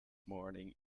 morning